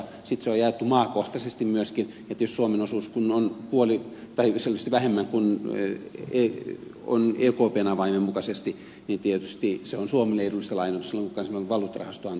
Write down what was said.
sitten se on jaettu myöskin maakohtaisesti ja kun suomen osuus on selvästi vähemmän kuin on ekpn avaimen mukaisesti niin tietysti se on suomelle edullista lainaa silloin kun kansainvälinen valuuttarahasto antaa sen lainoituksen